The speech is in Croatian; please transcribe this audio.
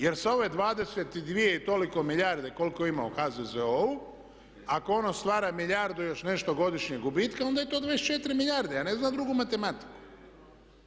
Jer sa ove 22 i toliko milijarde koliko ima u HZZO-u, ako ono stvara milijardu i još nešto godišnje gubitka onda je to 24 milijarde, ja ne znam drugu matematiku.